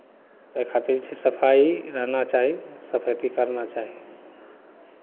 एहि खातिर छै सफाइ रहना चाही सफैती करना चाही